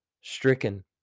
stricken